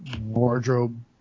wardrobe